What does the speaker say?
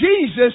Jesus